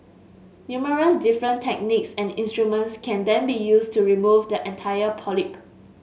numerous different techniques and instruments can then be used to remove the entire polyp